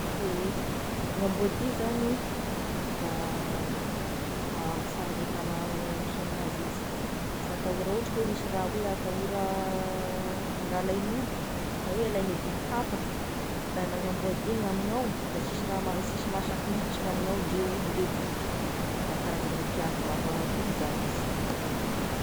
Ehe gn'amboa dia zagny, da mahambo sara ny tagna misy anazy izy, sy atahorana raha ohatry ka hoe misy raha atahora na alain'olo na oe alaigne biby hafa, da la ny ambodia gn'amignao da sisy raha mahasa- mahasaka olo miditra gn'amignao ndre olo ndre biby, da karazagne mpiamby mafa- mahatoky zagny izy.